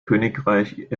königreich